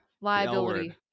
Liability